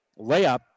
layup